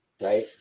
right